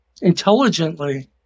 intelligently